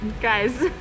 Guys